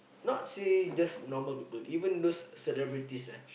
not say just normal people even those celebrities ah